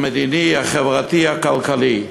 המדיני, החברתי, הכלכלי.